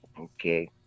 okay